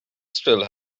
still